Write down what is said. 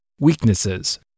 Weaknesses